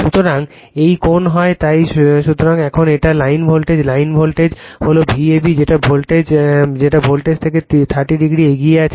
সুতরাং এই কোণ হয় তাই সুতরাং এখন এটা লাইন ভোল্টেজ লাইন ভোল্টেজ হল V ab যেটা ফেজ ভোল্টেজে থেকে 30o এগিয়ে আছে